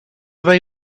they